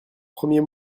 premiers